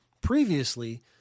previously